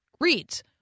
reads